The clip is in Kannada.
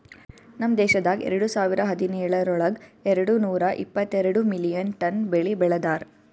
ನಮ್ ದೇಶದಾಗ್ ಎರಡು ಸಾವಿರ ಹದಿನೇಳರೊಳಗ್ ಎರಡು ನೂರಾ ಎಪ್ಪತ್ತೆರಡು ಮಿಲಿಯನ್ ಟನ್ ಬೆಳಿ ಬೆ ಳದಾರ್